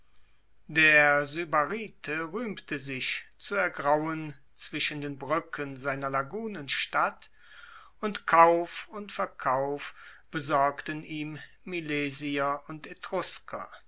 der sybarite ruehmte sich zu ergrauen zwischen den bruecken seiner lagunenstadt und kauf und verkauf besorgten ihm milesier und